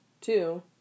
two